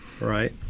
right